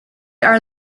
are